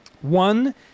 one